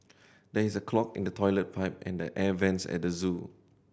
there is a clog in the toilet pipe and the air vents at the zoo